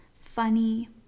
funny